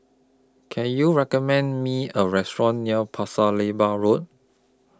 Can YOU recommend Me A Restaurant near Pasir Laba Road